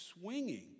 swinging